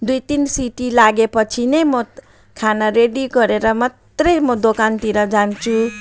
दुई तिन सिटी लागेपछि नै म खाना रेडी गरेर मात्रै म दोकानतिर जान्छु